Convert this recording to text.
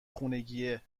خونگیه